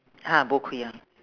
ha bo kui ah